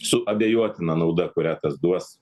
su abejotina nauda kurią tas duos